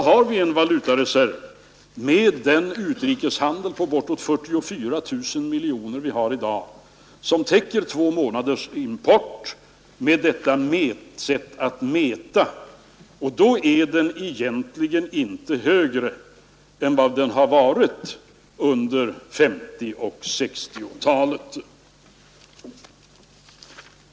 Och med dagens utrikeshandel på bortåt 44 000 miljoner kronor har vi med detta sätt att mäta en valutareserv som täcker två månaders import. Och då är den egentligen inte högre än den var under 1950 och 1960-talen.